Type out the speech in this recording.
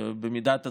במידת הצורך,